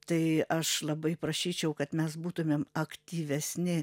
tai aš labai prašyčiau kad mes būtumėm aktyvesni